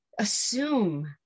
assume